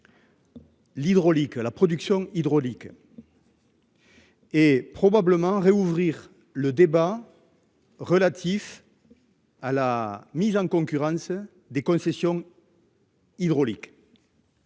L'hydraulique la production hydraulique. Et probablement réouvrir le débat. Relatif. À la mise en concurrence des concessions. Hydraulique.